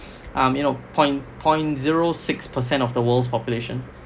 um you know point point zero six percent of the world's population